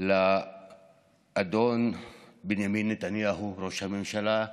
גם לאדון בנימין נתניהו, ראש הממשלה,